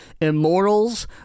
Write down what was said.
Immortals